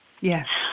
Yes